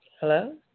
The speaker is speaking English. hello